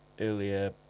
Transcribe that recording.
earlier